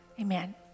Amen